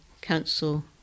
council